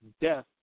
Death